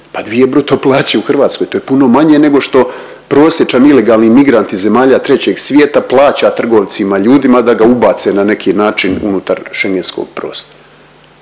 pa dvije bruto plaće u Hrvatskoj to je puno manje nego što prosječan ilegalni migrant iz zemalja trećeg svijeta plaća trgovcima, ljudima da ga ubace na neki način unutar schengentskog prostora,